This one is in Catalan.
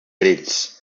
grills